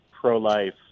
pro-life